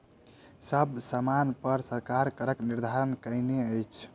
सब सामानपर सरकार करक निर्धारण कयने अछि